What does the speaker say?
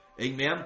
Amen